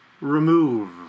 remove